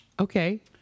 Okay